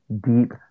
deep